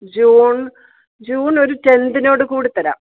June June ഒരു ടെൻത്തിനോടുകൂടി തരാം